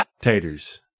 Taters